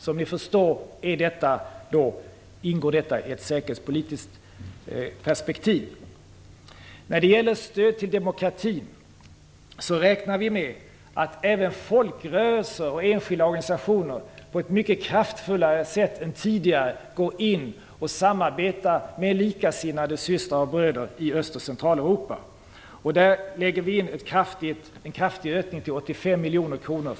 Som ni förstår ingår detta i ett säkerhetspolitiskt perspektiv. När det gäller stöd till demokratin räknar vi med att även folkrörelser och enskilda organisationer på ett mycket kraftfullare sätt än tidigare går in och samarbetar med likasinnade systrar och bröder i Öst och Centraleuropa. Vi lägger in en kraftig ökning av stödet till sådan verksamhet. Det utökas till 85 miljoner kronor.